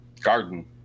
garden